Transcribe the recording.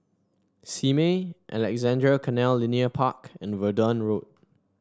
Simei Alexandra Canal Linear Park and Verdun Road